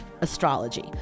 astrology